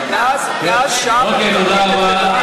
אוקיי, תודה רבה.